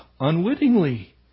unwittingly